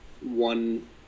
one